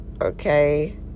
Okay